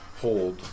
hold